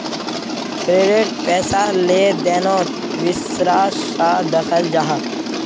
credit पैसार लें देनोत विश्वास सा दखाल जाहा